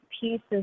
pieces